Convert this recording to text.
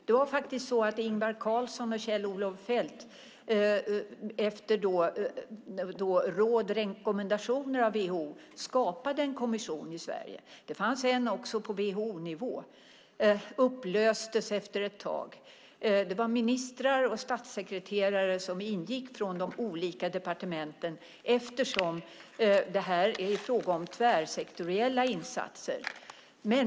Det var Ingvar Carlsson och Kjell-Olof Feldt som efter råd och rekommendationer av WHO skapade en kommission i Sverige. Det fanns också en på WHO-nivå, men den upplöstes efter ett tag. Det var ministrar och statssekreterare från de olika departementen som ingick eftersom det är fråga om tvärsektoriella insatser.